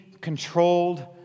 controlled